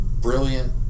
brilliant